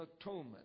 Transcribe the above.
atonement